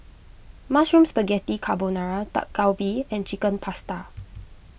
Mushroom Spaghetti Carbonara Dak Galbi and Chicken Pasta